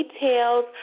details